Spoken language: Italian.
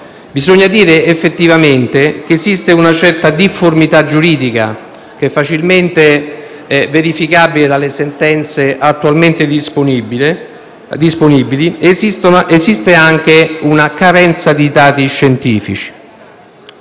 Bisogna dire effettivamente che esiste una certa difformità giuridica, facilmente verificabile dalle sentenze attualmente disponibili, così come esiste anche una carenza di dati scientifici.